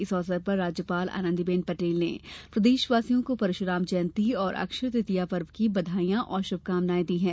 इस अवसर पर राज्यपाल आनंदीबेन पटेल ने प्रदेशवासियों को परशुराम जयंती और अक्षय तृतीया पर्व की बधाई और शुभकामनाएँ दी हैं